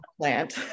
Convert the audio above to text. plant